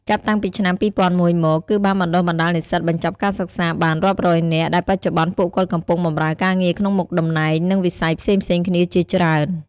ចាប់តាំងពីឆ្នាំ២០០១ មក គឺបានបណ្ដុះបណ្ដាលនិស្សិតបញ្ចប់ការសិក្សាបាន រាប់រយនាក់ ដែលបច្ចុប្បន្នពួកគាត់កំពុងបម្រើការងារក្នុងមុខតំណែង និងវិស័យផ្សេងៗគ្នាជាច្រើន។